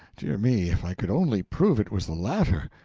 dear me, if i could only prove it was the latter!